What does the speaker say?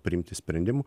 priimti sprendimų